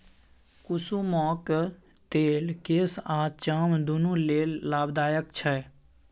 कुसुमक तेल केस आ चाम दुनु लेल लाभदायक छै